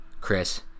Chris